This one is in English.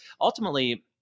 ultimately